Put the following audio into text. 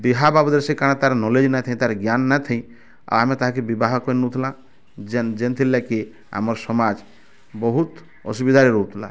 ବିହା ବାବଦ୍ରେ ସେ କା'ଣା ତା'ର୍ କ୍ନୋଲେଜ୍ ନାଇ ଥାଇ ତା'ର ଜ୍ଞାନ୍ ନାଇ ଥାଇ ଆମେ ତାହକେ ବିବାହ କରିନଉଥିଲା ଯେନ୍ ଯେନଥିର୍ ଲାଗି ଆମର୍ ସମାଜ୍ ବହୁତ୍ ଅସୁବିଧାରେ ରହୁଥିଲା